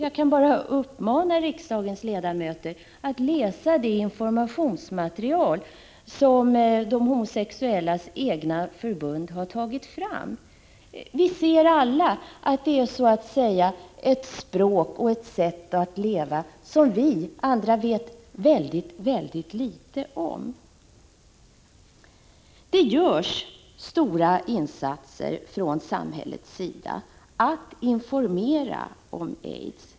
Jag kan bara uppmana riksdagens ledamöter att läsa det informationsmaterial som de homosexuellas egna förbund har tagit fram. Vi ser alla att det är ett sätt att leva som vi andra vet mycket litet om. Det görs stora insatser från samhällets sida för att informera om aids.